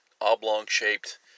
oblong-shaped